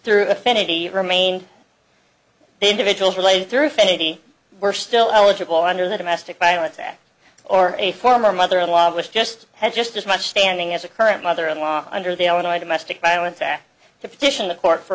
through affinity remained the individuals related through finity were still eligible under the domestic violence act or a former mother in law which just had just as much standing as a current mother in law under the illinois domestic violence there to petition the court for